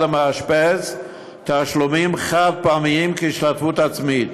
המאשפז תשלומים חד-פעמיים כהשתתפות עצמית.